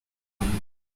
rwanda